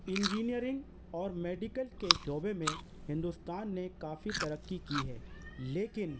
engineering اور medical کے شعبے میں ہندوستان نے کافی ترقی کی ہے لیکن